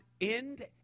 end